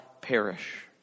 perish